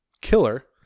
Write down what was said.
killer